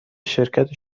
شرکت